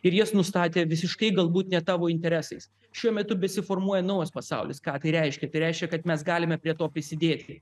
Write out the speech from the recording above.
ir jas nustatė visiškai galbūt ne tavo interesais šiuo metu besiformuoja naujas pasaulis ką tai reiškia tai reiškia kad mes galime prie to prisidėti